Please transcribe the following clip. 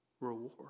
reward